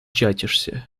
чатишься